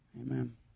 Amen